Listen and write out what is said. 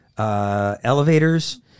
Elevators